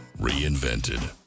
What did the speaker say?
reinvented